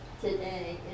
today